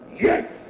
Yes